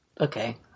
Okay